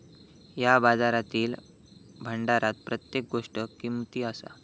या बाजारातील भांडारात प्रत्येक गोष्ट किमती असा